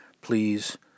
Please